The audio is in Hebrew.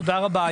תודה רבה.